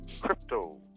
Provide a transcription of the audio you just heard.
Crypto